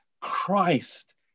Christ